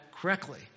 correctly